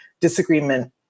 disagreement